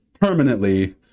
permanently